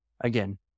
Again